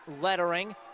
lettering